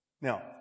Now